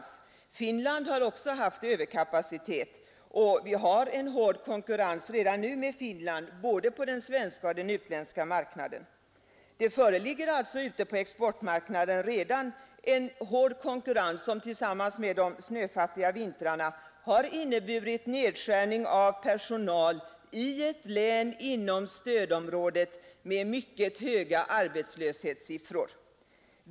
Också Finland har haft överkapacitet, och vi har redan nu en hård konkurrens med Finland på den svenska och på den utländska marknaden. Det föreligger alltså redan på exportmarknaden en hård konkurrens, som tillsammans med de snöfattiga vintrarna har medfört nedskärning av personal i ett län inom stödområdet med mycket höga arbetslöshetssiffror.